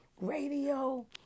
radio